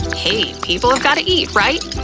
hey, people have got to eat, right?